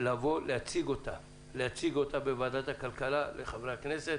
לבוא ולהציג אותה בוועדת הכלכלה לחברי הכנסת.